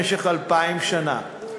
במשך אלפיים שנה.